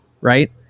right